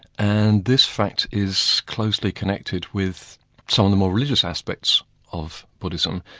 and this fact is closely connected with some of the more religious aspects of buddhism,